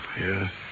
Yes